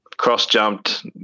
cross-jumped